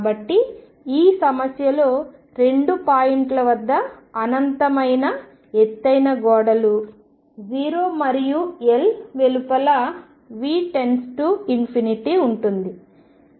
కాబట్టి ఈ సమస్యలో రెండు పాయింట్ల వద్ద అనంతమైన ఎత్తైన గోడలు 0 మరియు L వెలుపల V→∞ ఉంటుంది